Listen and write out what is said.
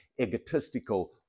egotistical